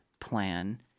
plan